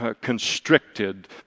constricted